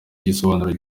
igisobanuro